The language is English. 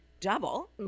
double